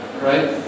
right